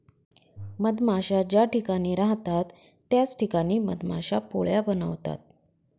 मधमाश्या ज्या ठिकाणी राहतात त्याच ठिकाणी मधमाश्या पोळ्या बनवतात